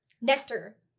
nectar